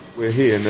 we're here now,